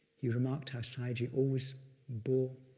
he remarked how sayagyi always bore